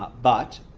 but but,